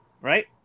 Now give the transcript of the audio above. right